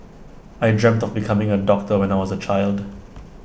I dreamt of becoming A doctor when I was A child